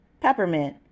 Peppermint